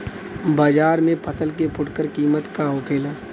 बाजार में फसल के फुटकर कीमत का होखेला?